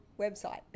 website